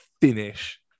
finish